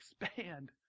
expand